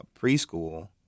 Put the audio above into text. preschool